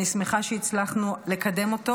אני שמחה שהצלחנו לקדם אותו,